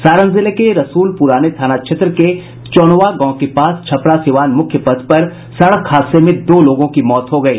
सारण जिले के रसूल पुराने थाना क्षेत्र के चौनवा गांव के पास छपरा सीवान मुख्य पथ पर सड़क हादसे में दो लोगों की मौत हो गयी